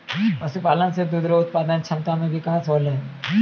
पशुपालन से दुध रो उत्पादन क्षमता मे बिकास होलै